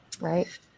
right